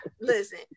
listen